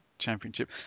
Championship